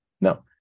No